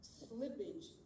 slippage